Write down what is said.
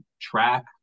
track